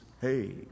Hey